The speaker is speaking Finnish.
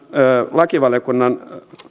lakivaliokunnan